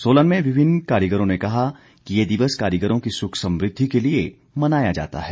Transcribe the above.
सोलन में विभिन्न कारीगरों ने कहा कि ये दिवस कारिगरों की सुख समृद्धि के लिए मनाया जाता है